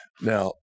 Now